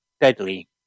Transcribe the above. Deadly